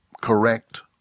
correct